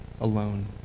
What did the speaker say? alone